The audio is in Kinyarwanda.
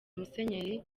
musenyeri